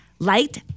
Light